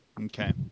Okay